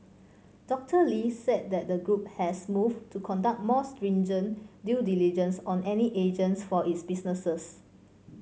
Doctor Lee said that the group has moved to conduct more stringent due diligence on any agents for its businesses